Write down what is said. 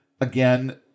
again